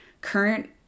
current